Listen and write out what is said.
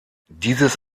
dieses